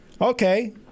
Okay